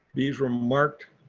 bees were marked.